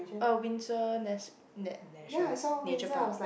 uh Windsor nas~ nat~ national nature park